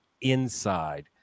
Inside